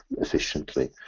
efficiently